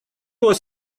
was